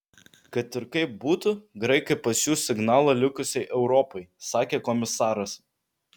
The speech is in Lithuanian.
kad ir kaip būtų graikai pasiųs signalą likusiai europai sakė komisaras